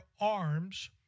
arms